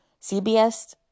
CBS